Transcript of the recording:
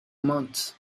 months